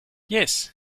yes